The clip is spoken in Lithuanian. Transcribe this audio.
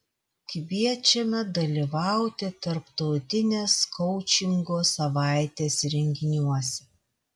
kviečiame dalyvauti tarptautinės koučingo savaitės renginiuose